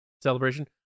Celebration